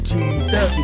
Jesus